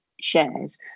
shares